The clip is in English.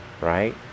Right